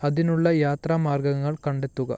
അതിനുള്ള യാത്രാ മാർഗ്ഗങ്ങൾ കണ്ടെത്തുക